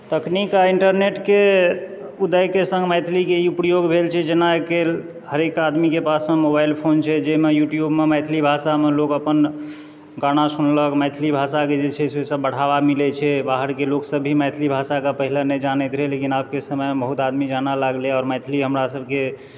तकनीक आ इन्टरनेटके उदयके सङ्ग मैथिलीकेँ ई प्रयोग भेल छै जेना कि हरेक आदमीके पासमे मोबाइल फोन छै जाहिमे यूट्यूबमे मैथिली भाषामे लोग अपन गाना सुनलक मैथिली भाषाकेँ जे छै से ओहिसँ बढ़ावा मिलैत छै बाहरके लोक सब भी मैथिली भाषाके पहिले नहि जानैत रहय लेकिन आबके समयमे बहुत आदमी जानऽ लागलै आओर मैथिली हमरा सबकेँ